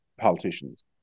politicians